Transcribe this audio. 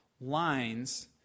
lines